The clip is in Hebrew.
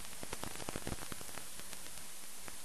יתחיל, כמו שהשר אומר, אין לי